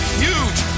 huge